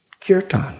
kirtan